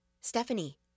Stephanie